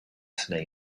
than